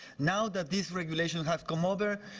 now that these regulations have come over,